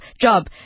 job